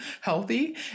healthy